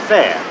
Fair